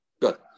Good